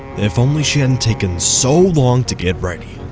if only she hadn't taken so long to get ready,